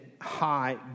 high